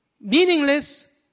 meaningless